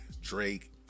Drake